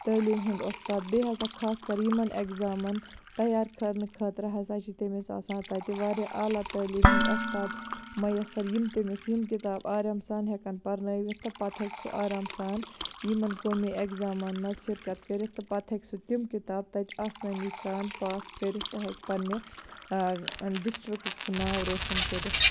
تعلیٖم ہُنٛد اُستاد بیٚیہِ ہَسا خاص کَر یِمَن ایٚگزامَن تَیار کَرنہٕ خٲطرٕ ہَسا چھ تٔمِس آسان تَتہِ واریاہ اعلیٰ تعلیٖم ہُنٛد استاد مۄیَثَر یِم تٔمِس یِم کِتاب آرام سان ہیٚکَن پَرنٲیِتھ تہٕ پَتہٕ ہیٚکہِ سُہ آرام سان یِمَن قومی ایٚگزامَن مَنٛز شِرکَت کٔرِتھ تہٕ پَتہٕ ہیٚکہِ سُہ تِم کِتاب تَتہِ آسٲنی سان پاس کٔرِتھ تہٕ ہیٚکہِ پَننہِ ڈِسٹرکُک ناو روشَن کٔرِتھ